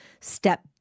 step